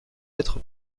être